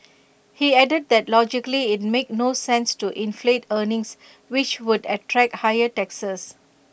he added that logically IT made no sense to inflate earnings which would attract higher taxes